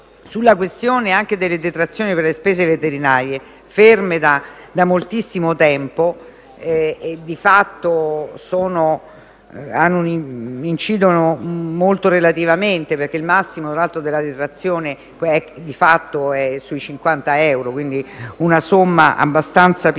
la questione delle detrazioni per le spese veterinarie, ferme da moltissimo tempo e che incidono molto relativamente (perché il massimo della detrazione è di fatto pari a circa 50 euro, quindi una somma abbastanza piccola),